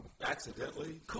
accidentally